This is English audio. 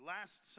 Last